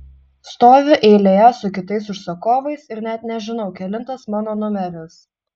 stoviu eilėje su kitais užsakovais ir net nežinau kelintas mano numeris